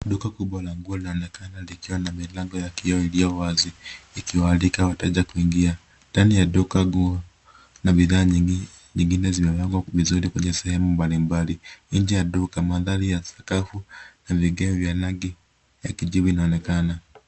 Duka kubwa la nguo linaonekana likiwa na milango ya kioo iliyo wazi, ikiwaalika wateja kuingia ndani. Ndani ya duka, nguo na bidhaa nyingine zimewekwa vizuri kwenye sehemu mbali mbali. Nje ya duka, mandhari ya sakafu ya vigae vya rangi ya kijivu, inaonekana.